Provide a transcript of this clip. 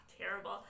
terrible